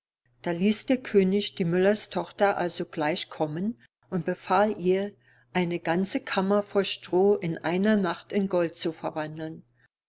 da ließ der könig die müllerstochter alsogleich kommen und befahl ihr eine ganze kammer voll stroh in einer nacht in gold zu verwandeln